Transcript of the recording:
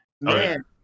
Man